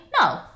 No